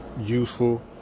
useful